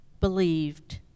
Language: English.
believed